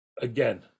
again